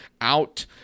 out